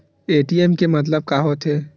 ATM के मतलब का होथे?